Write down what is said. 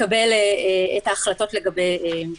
מקבל את ההחלטות לגבי בקשות מעצר.